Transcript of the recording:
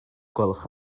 gwelwch